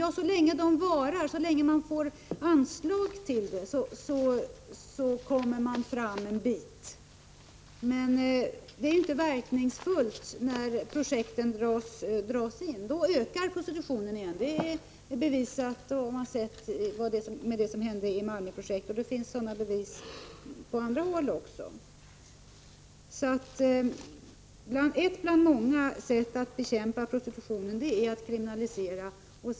Ja, så länge dessa pågår och man får anslag till dem kommer man fram en bit, men det är inte verkningsfullt när projekten dras in. Då ökar prostitutionen igen. Det har bevisats av bl.a. Malmöprojektet. Det finns sådana bevis på andra håll också. Ett bland många sätt att bekämpa prostitutionen är att kriminalisera den.